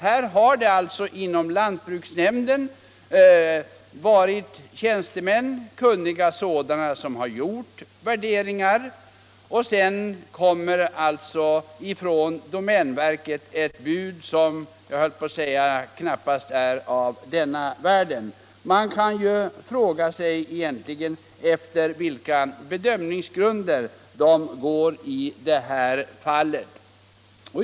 Här har alltså kunniga tjänstemän inom lantbruksnämnden gjort värderingar, och sedan kommer från domänverket ett bud som, höll jag på att säga, knappast är av denna världen. Man kan fråga sig efter vilka bedömningsgrunder domänverket går i det här fallet.